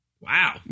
Wow